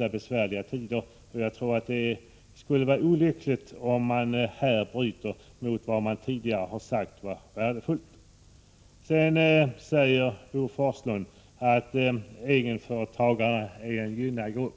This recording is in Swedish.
i besvärliga tider. Jag anser det vara mycket olyckligt om man nu bryter mot den linje som man tidigare har sagt vara så värdefull. Vidare säger Bo Forslund att egenföretagare är en gynnad grupp.